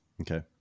Okay